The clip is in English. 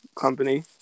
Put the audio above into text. company